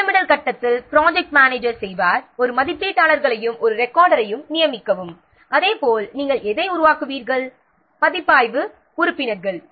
திட்டமிடல் கட்டத்தில் project manager செய்வார் ஒரு மதிப்பீட்டாளர்களையும் ஒரு ரெக்கார்டரையும் நியமிக்கவும் அதேபோல் நாம் எதை உருவாக்குவீர்கள் மதிப்பாய்வு உறுப்பினர்கள்